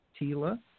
Tila